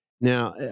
Now